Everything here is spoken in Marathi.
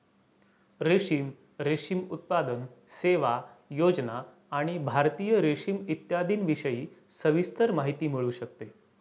रेशीम, रेशीम उत्पादन, सेवा, योजना आणि भारतीय रेशीम इत्यादींविषयी सविस्तर माहिती मिळू शकते